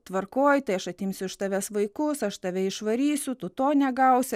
tvarkoj tai aš atimsiu iš tavęs vaikus aš tave išvarysiu tu to negausi